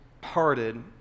parted